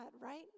right